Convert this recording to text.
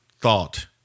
thought